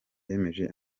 yemeje